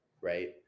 Right